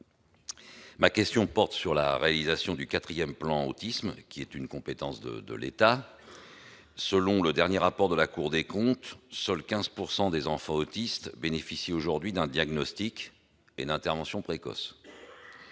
ma question porte sur la réalisation du quatrième plan Autisme, qui relève de la compétence de l'État. Selon le récent rapport de la Cour des comptes sur ce sujet, seuls 15 % des enfants autistes bénéficient aujourd'hui d'un diagnostic et d'interventions précoces.